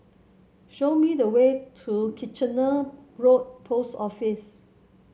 show me the way to Kitchener Road Post Office